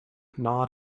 gnawed